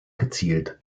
gezielt